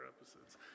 episodes